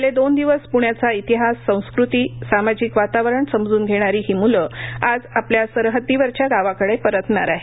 गेले दोन दिवस प्ण्याचा इतिहास संस्कृती सामाजिक वातावरण समजून घेणारी ही म्लं आज आपल्या सरहद्दीवरच्या गावाकडे परतणार आहेत